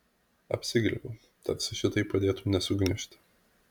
apsiglėbiu tarsi šitai padėtų nesugniužti